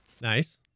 Nice